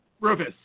Rufus